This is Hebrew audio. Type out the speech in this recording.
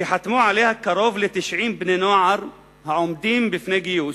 שחתמו עליה קרוב ל-90 בני נוער העומדים לפני גיוס,